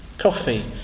Coffee